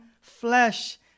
flesh